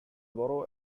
borough